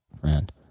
friend